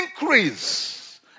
increase